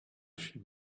should